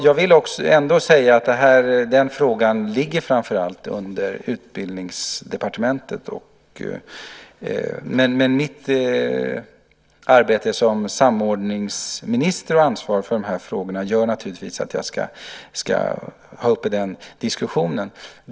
Jag vill ändå säga att den frågan ligger framför allt under Utbildningsdepartementet, men mitt arbete som samordningsminister och ansvarig för de här frågorna gör naturligtvis att jag ska ha den diskussionen uppe.